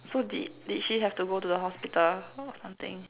so did did she have to go to the hospital or something